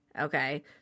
Okay